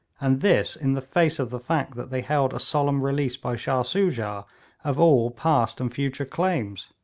and this in the face of the fact that they held a solemn release by shah soojah of all past and future claims.